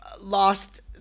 lost